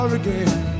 again